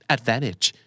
Advantage